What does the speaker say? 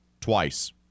twice